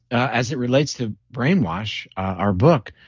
as it relates to brainwash, our book,